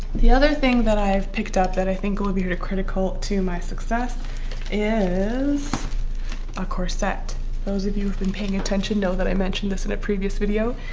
the other thing that i have picked up that i think will be here to critical to my success is a corset those of you have been paying attention know that i mentioned this in a previous video